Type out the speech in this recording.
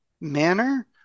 manner